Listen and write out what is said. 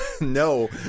No